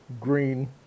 green